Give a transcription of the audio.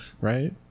right